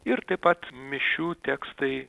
ir taip pat mišių tekstai